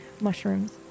mushrooms